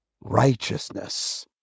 righteousness